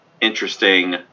interesting